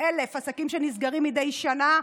עסקים נסגרים מדי שנה.